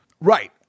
Right